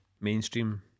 mainstream